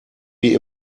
wie